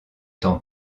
temps